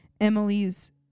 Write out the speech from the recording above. Emily's